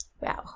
Wow